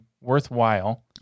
worthwhile